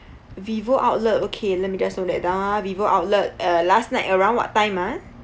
vivo outlet okay let me just note that down ah vivo outlet uh last night around what time ah